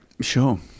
Sure